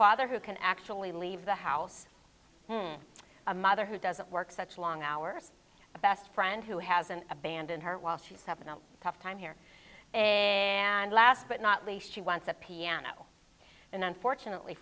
father who can actually leave the house a mother who doesn't work such long hours a best friend who hasn't abandoned her while she's seven a tough time here and last but not least she wants a piano and unfortunately